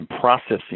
processing